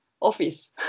office